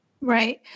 Right